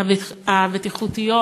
הבטיחותיות